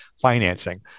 financing